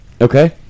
Okay